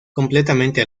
completamente